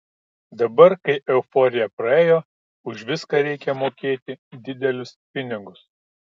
dabar kai euforija praėjo už viską reikia mokėti didelius pinigus